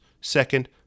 second